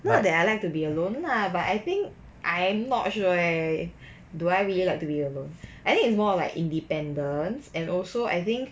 not that I like to be alone lah but I think I'm not sure eh do I really like to be alone I think it's more like independence and also I think